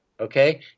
okay